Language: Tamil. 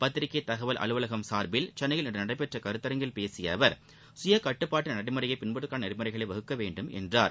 பத்திரிக்கை தகவல் அலுவலகம் சார்பில் சென்னையில் இன்று நடைபெற்ற கருத்தரங்கில் பேசிய அவர் சுயகட்டுப்பாட்டு நடைமுறையை பின்பற்றுவதற்கான நெறிமுறைகளை வகுக்க வேண்டும் என்றார்